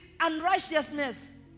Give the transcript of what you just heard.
unrighteousness